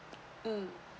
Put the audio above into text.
um